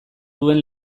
duen